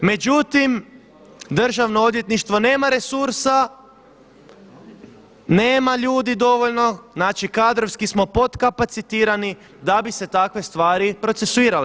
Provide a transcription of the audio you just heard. Međutim, državno odvjetništvo nema resursa, nema ljudi dovoljno, znači kadrovski smo potkapacitirani, da bi se takve stvari procesuirale.